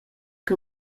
che